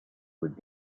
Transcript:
would